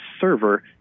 server